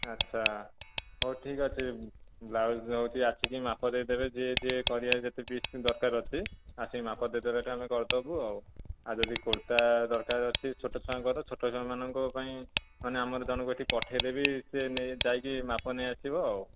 ଆଚ୍ଛା ହଉ ଠିକ୍ଅଛି ବ୍ଲାଉଜ ହେଉଛି ଆସିକି ମାପଦେଇଦେବେ ଯିଏ ଯିଏ କରିବେ ଯେତେ ପିସ୍ ଦରକାର ଅଛି ଆସିକି ମାପ ଦେଇ ଦେବେ ଆମେ କରିଦେବୁ ଆଉ ଆଉ ଯଦି କୁର୍ତ୍ତା ଦରକାର ଅଛି ଛୋଟ ଛୁଆଙ୍କର ଛୋଟ ଛୁଆମାନଙ୍କ ପାଇଁ ମାନେ ଆମର ଜଣକୁ ଏଇଠି ପଠାଇଦେବି ସେ ଯାଇକି ମାପ ନେଇ ଆସିବ ଆଉ